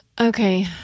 Okay